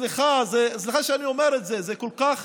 סליחה שאני אומר את זה, זה כל כך